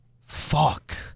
Fuck